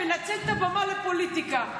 מנצל את הבמה לפוליטיקה.